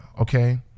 okay